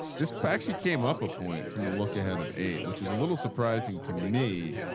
this packs, you came up a point from the look ahead of eight, which is a little surprising to me.